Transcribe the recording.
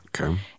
Okay